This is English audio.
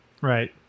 Right